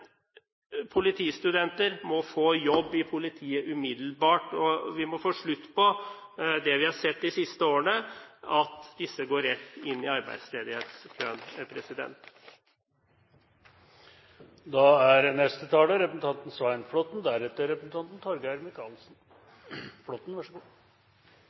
politistudenter må få jobb i politiet umiddelbart. Vi må få slutt på det vi har sett de siste årene, at disse går rett inn i arbeidsledighetskøen. Europas økonomier skjelver, og verdensøkonomien er